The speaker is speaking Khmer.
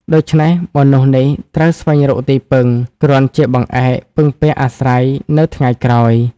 ដូច្នេះមនុស្សនេះត្រូវស្វែងរកទីពឹង គ្រាន់ជាបង្អែកពឹងពាក់អាស្រ័យនៅថ្ងៃក្រោយ ។